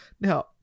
Now